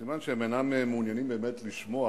סימן שהם אינם מעוניינים באמת לשמוע